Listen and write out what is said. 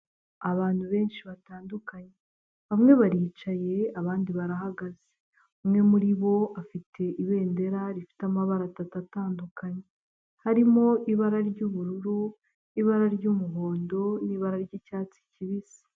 Abantu benshi batandukanye bamwe baricaye abandi barahagaze umwe muri bo afite ibendera rifite amabara atatu atandukanye, harimo ibara ry'ubururu, ibara ry'umuhondo, n'ibara ry'icyatsi kibisi.